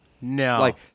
No